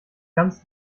ganz